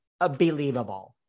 unbelievable